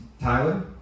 Tyler